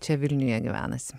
čia vilniuje gyvenasi